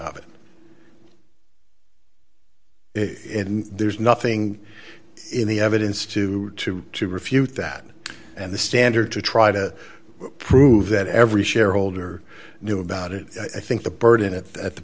it in there's nothing in the evidence to to to refute that and the standard to try to prove that every shareholder knew about it i think the burden at